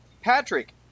Patrick